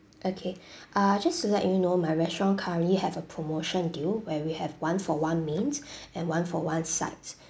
okay uh just to let you know my restaurant currently have a promotion deal where we have one-for-one mains and one-for-one sides